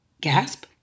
Gasp